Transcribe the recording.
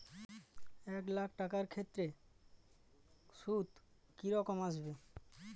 এক লাখ টাকার ক্ষেত্রে সুদ কি রকম আসবে?